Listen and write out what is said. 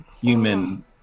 Human